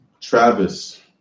Travis